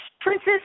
princess